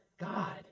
God